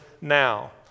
now